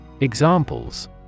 Examples